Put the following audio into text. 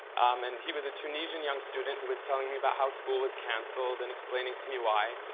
um and he was a tunisian young student who was telling me about how school was cancelled and explaining to me why.